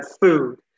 food